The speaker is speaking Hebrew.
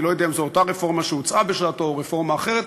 אני לא יודע אם זו אותה רפורמה שהוצעה בשעתו או רפורמה אחרת,